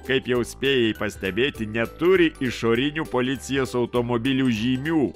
kaip jau spėjai pastebėti neturi išorinių policijos automobilių žymių